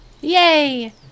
Yay